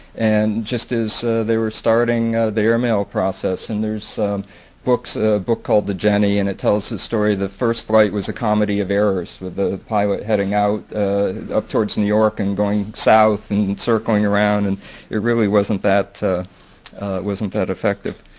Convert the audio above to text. and, just as they were starting the airmail process. and there's books, a book called the jenny, and it tells his story of the first flight was a comedy of errors of the pilot heading out up towards new york and going south and and circling around and it really wasn't that wasn't that effective.